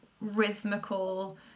rhythmical